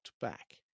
back